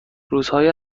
روزهای